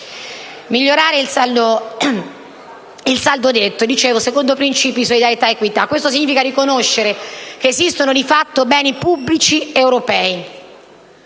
migliorare il saldo netto secondo principi di solidarietà ed equità. Ciò significa riconoscere che esistono di fatto beni pubblici europei